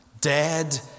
dead